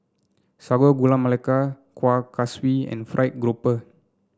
Sago Gula Melaka Kuih Kaswi and fried grouper